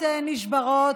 ----- השערות נתלשות,